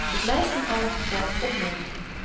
ze blyft in allen geval opmerkelyk